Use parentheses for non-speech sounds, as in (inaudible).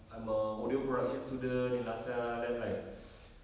I'm a older production student in LASALLE then like (noise)